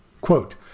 Quote